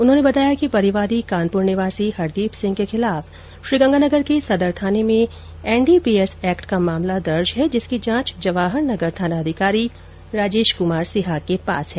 उन्होंने बताया कि परिवादी कानपुर निवासी हरदीप सिंह के खिलाफ श्रीगंगानगर के सदर थाने में एनडीपीएस एक्ट का मामला दर्ज है जिसकी जांच जवाहर नगर थानाधिकारी राजेश कुमार सिहाग के पास है